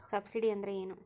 Subsidy ಅಂದ್ರೆ ಏನು?